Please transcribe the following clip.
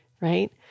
Right